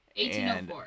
1804